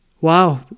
Wow